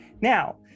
Now